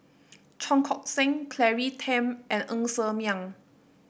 Cheong Koon Seng Claire Tham and Ng Ser Miang